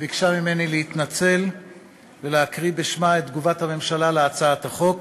וביקשה ממני להתנצל ולהקריא בשמה את תגובת הממשלה על הצעת החוק.